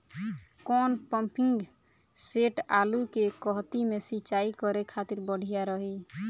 कौन pumping set आलू के कहती मे सिचाई करे खातिर बढ़िया रही?